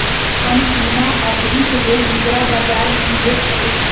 कम सीमा अवधिक लेल मुद्रा बजार में निवेश करू